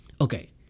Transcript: Okay